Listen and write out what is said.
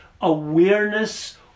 awareness